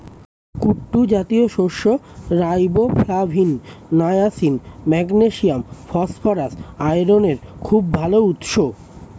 কুট্টু জাতীয় শস্য riboflavin, niacin, magnesium, phosphorus, আয়রনের খুব ভাল উৎস